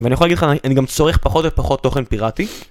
ואני יכול להגיד לך, אני גם צורך פחות ופחות תוכן פיראטי